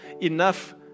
enough